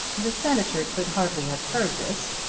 the senator could hardly have heard this,